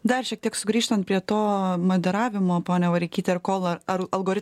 dar šiek tiek sugrįžtant prie to moderavimo ponia vareikyte